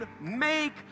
make